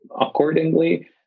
accordingly